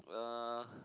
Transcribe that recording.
uh